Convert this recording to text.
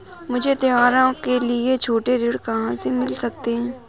मुझे त्योहारों के लिए छोटे ऋण कहाँ से मिल सकते हैं?